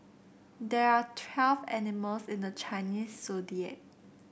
there are twelve animals in the Chinese Zodiac